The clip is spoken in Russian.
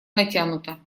натянута